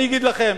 אני אגיד לכם,